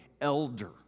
elder